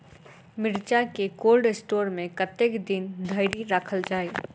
मिर्चा केँ cold store मे कतेक दिन धरि राखल छैय?